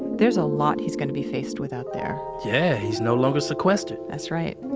there's a lot he's going to be faced with out there yeah. he's no longer sequestered that's right.